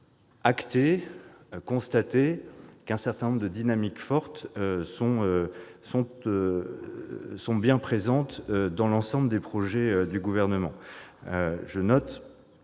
pouvons constater qu'un certain nombre de dynamiques fortes sont bien présentes dans l'ensemble des projets du Gouvernement.